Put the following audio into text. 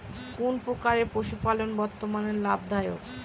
কোন প্রকার পশুপালন বর্তমান লাভ দায়ক?